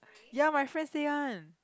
ya my friend say one